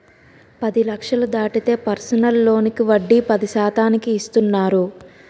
పది లక్షలు దాటితే పర్సనల్ లోనుకి వడ్డీ పది శాతానికి ఇస్తున్నారు